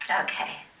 okay